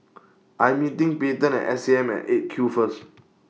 I'm meeting Payten At S A M At eight Q First